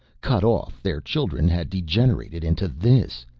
cut off, their children had degenerated into this,